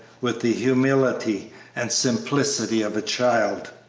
with the humility and simplicity of a child.